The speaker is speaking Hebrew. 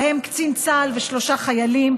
ובהם קצין צה"ל ושלושה חיילים,